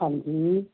ਹਾਂਜੀ